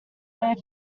their